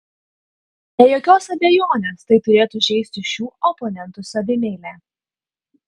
be jokios abejonės tai turėtų žeisti šių oponentų savimeilę